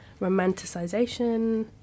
romanticization